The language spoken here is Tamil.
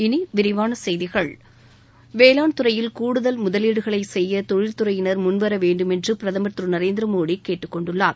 இனி விரிவான செய்திகள் வேளாண்துறையில் கூடுதல் முதலீடுகளை செய்ய தொழில்துறையினர் முன்வர வேண்டுமென்று பிரதமர் திரு நரேந்திரமோடி கேட்டுக்கொண்டுள்ளார்